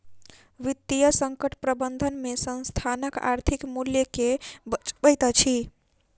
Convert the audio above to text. वित्तीय संकट प्रबंधन में संस्थानक आर्थिक मूल्य के बचबैत अछि